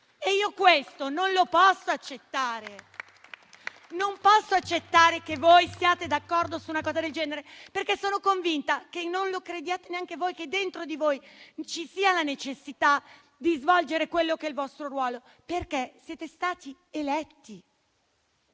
Io questo non lo posso accettare. Non posso accettare che voi siate d'accordo su una tesi del genere, perché sono convinta che non lo crediate neanche voi, che dentro di voi ci sia la necessità di svolgere quello che è il vostro ruolo, perché siete stati eletti.